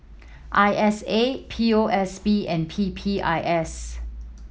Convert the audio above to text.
I S A P O S B and P P I S